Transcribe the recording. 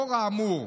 לאור האמור,